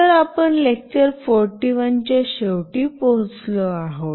तर आपण लेक्चर 41 च्या शेवटी पोचलो आहोत